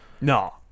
no